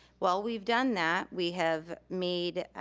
well we've done that. we have made,